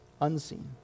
unseen